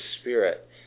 Spirit